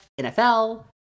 nfl